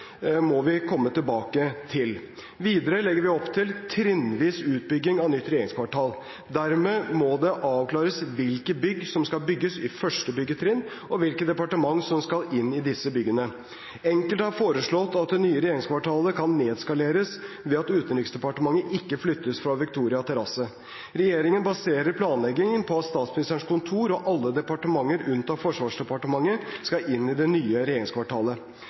må vi komme tilbake til. Videre legger vi opp til trinnvis utbygging av nytt regjeringskvartal. Dermed må det avklares hvilke bygg som skal bygges i første byggetrinn, og hvilke departementer som skal inn i disse byggene. Enkelte har foreslått at det nye regjeringskvartalet kan nedskaleres ved at Utenriksdepartementet ikke flyttes fra Victoria terrasse. Regjeringen baserer planleggingen på at Statsministerens kontor og alle departementene – unntatt Forsvarsdepartementet – skal inn i det nye regjeringskvartalet.